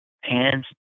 Hands